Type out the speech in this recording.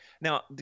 Now